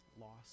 loss